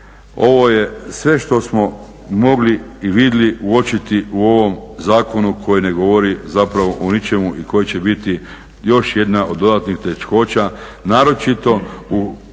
ovo je sve što smo mogli i vidjeli uočiti u ovom zakonu koji ne govori zapravo o ničemu i koji će biti još jedna od dodatnih teškoća, naročito u